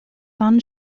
son